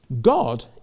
God